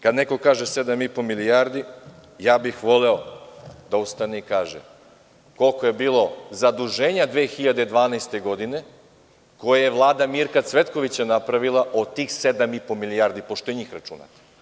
Kada neko kaže sedam i po milijardi, ja bih voleo da ustane i kaže koliko je bilo zaduženja 2012. godine, koje je Vlada Mirka Cvetkovića napravila, od tih sedam i po milijardi, pošto i njih računate.